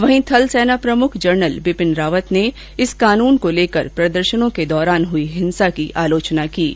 वहीं थलसेना प्रमुख जनरल बिपिन रावत ने इस कानून को लेकर प्रदर्शनों के दौरान हुई हिंसा की आलोचना की है